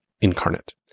incarnate